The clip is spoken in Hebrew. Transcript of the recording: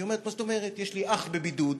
והיא אומרת: יש לי אח בבידוד,